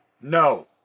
No